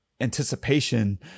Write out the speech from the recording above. anticipation